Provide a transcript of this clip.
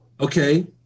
Okay